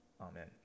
Amen